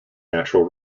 natural